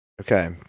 Okay